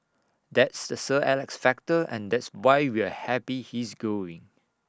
that's the sir Alex factor and that's why we're happy he's going